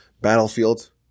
battlefield